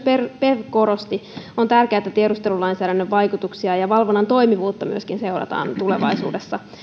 pev korosti on tärkeää että tiedustelulainsäädännön vaikutuksia ja myöskin valvonnan toimivuutta seurataan tulevaisuudessa